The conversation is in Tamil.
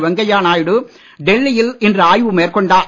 வெங்கையா நாயுடு டெல்லியில் இன்று ஆய்வு மேற்கொண்டார்